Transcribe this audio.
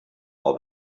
all